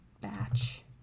Batch